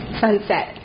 Sunset